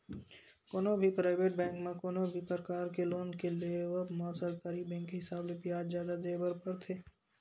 कोनो भी private bank म कोनो भी परकार के लोन के लेवब म सरकारी बेंक के हिसाब ले बियाज जादा देय बर परथे